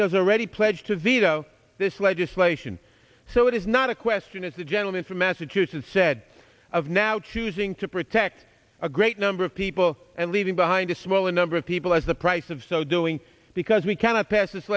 has already pledged to veto this legislation so it is not a question as the gentleman from massachusetts said of now choosing to protect a great number of people and leaving behind a small number of people as the price of so doing because we cannot pass this